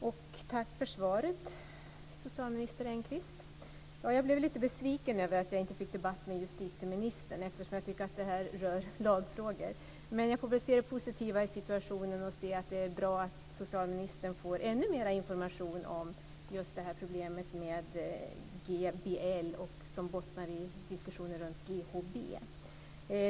Herr talman! Tack för svaret, socialminister Engqvist! Jag blev lite besviken över att jag inte fick en debatt med justitieministern, eftersom jag tycker att det här rör lagfrågor. Men jag får väl i stället se det positiva i att socialministern får ännu mer information om problemet med GBL, som bottnar i diskussioner om GHB.